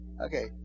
Okay